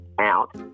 out